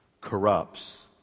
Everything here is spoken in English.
corrupts